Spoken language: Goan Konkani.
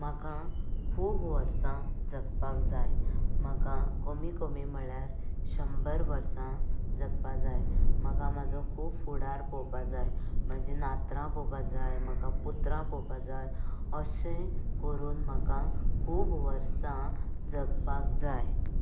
म्हाका खूब वर्सां जगपाक जाय म्हाका कमी कमी म्हळ्यार शंबर वर्सां जगपाक जाय म्हाका म्हजो खूब फुडार पळोवपाक जाय म्हजी नातरां पळोवपाक जाय म्हाका पुत्रां पळोवपाक जाय अशें करून म्हाका खूब वर्सां जगपाक जाय